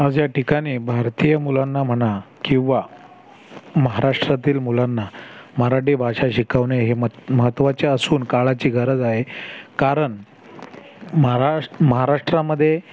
आज या ठिकाणी भारतीय मुलांना म्हणा किंवा महाराष्ट्रातील मुलांना मराठी भाषा शिकवणे हे महत महत्त्वाचे असून काळाची गरज आहे कारण महाराष महाराष्ट्रामध्ये